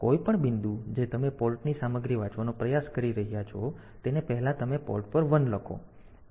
તેથી કોઈપણ બિંદુ જે તમે પોર્ટની સામગ્રી વાંચવાનો પ્રયાસ કરી રહ્યાં છો તેને પહેલા તમે પોર્ટ પર 1 લખ્યો